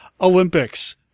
Olympics